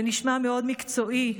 זה נשמע מאוד מקצועי,